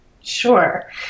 Sure